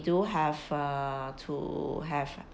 do have uh to have